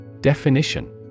Definition